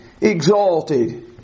exalted